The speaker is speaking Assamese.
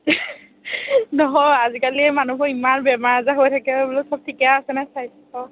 নহয় আজিকালি মানুহবোৰৰ ইমান বেমাৰ আজাৰ হৈ থাকে বোলো সব ঠিকে আছেনে স্বাস্থ্য